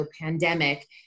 pandemic